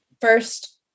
first